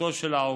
זכותו של העובד